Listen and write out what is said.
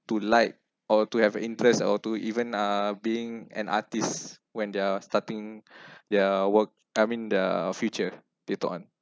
to like or to have an interest or to even uh being an artist when they are starting their work I mean the future later on